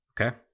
Okay